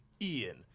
Ian